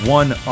one